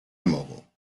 immobile